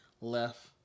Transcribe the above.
left